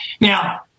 Now